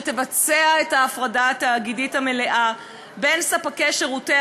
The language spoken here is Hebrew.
שתבצע את ההפרדה התאגידית המלאה בין ספקי שירותי